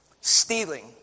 stealing